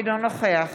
אינו נוכח